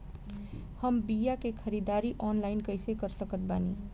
हम बीया के ख़रीदारी ऑनलाइन कैसे कर सकत बानी?